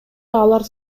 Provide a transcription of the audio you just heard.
алар